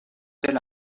tel